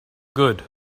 good